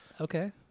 Okay